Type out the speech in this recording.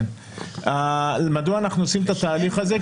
כן, 12. מדוע אנחנו עושים את התהליך הזה?